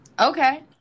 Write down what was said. Okay